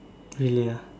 really ah